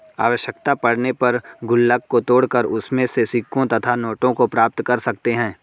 आवश्यकता पड़ने पर गुल्लक को तोड़कर उसमें से सिक्कों तथा नोटों को प्राप्त कर सकते हैं